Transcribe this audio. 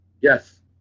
Yes